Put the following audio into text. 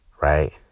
right